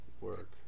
work